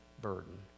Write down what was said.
burden